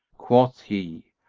quoth he,